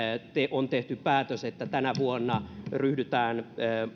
tehty päätös että tänä vuonna ryhdytään